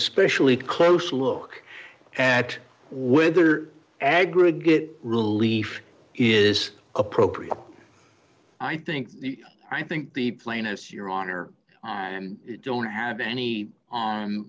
especially close look at whether aggregate relief is appropriate i think i think the plaintiffs your honor i don't have any on